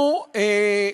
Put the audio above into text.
הלאה.